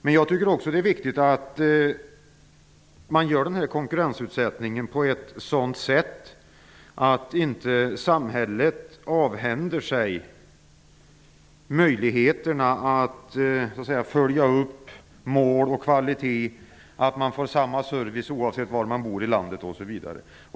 Men jag tycker också att det är viktigt att utöva konkurrensen på ett sådant sätt att inte samhället avhänder sig möjligheterna att följa upp mål och kvalitetskrav och att samma service ges oavsett landsdel.